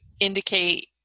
indicate